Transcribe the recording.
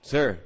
Sir